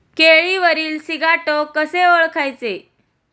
केळीवरील सिगाटोका कसे ओळखायचे?